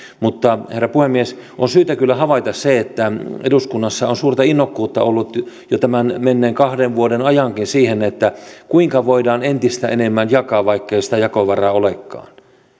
herra puhemies on syytä kyllä havaita se että eduskunnassa on suurta innokkuutta ollut jo tämän menneen kahden vuoden ajankin siihen kuinka voidaan entistä enemmän jakaa vaikkei sitä jakovaraa olekaan